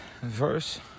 verse